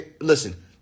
listen